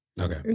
Okay